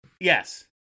Yes